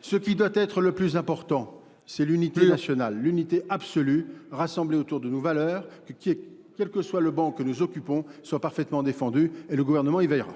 Ce qui doit être le plus important, c'est l'unité nationale, l'unité absolue, rassemblée autour de nos valeurs, que quel que soit le banc que nous occupons, soit parfaitement défendu, et le gouvernement y veillera.